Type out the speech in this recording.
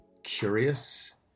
curious